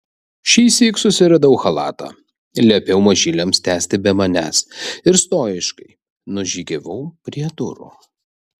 šįsyk susiradau chalatą liepiau mažyliams tęsti be manęs ir stojiškai nužygiavau prie durų